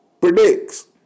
predicts